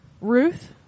Ruth